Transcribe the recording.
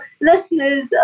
listeners